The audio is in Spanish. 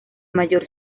mayor